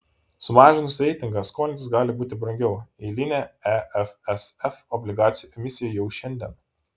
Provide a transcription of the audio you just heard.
sumažinus reitingą skolintis gali būti brangiau eilinė efsf obligacijų emisija jau šiandien